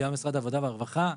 וגם ממשרד העבודה והרווחה,